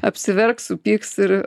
apsiverks supyks ir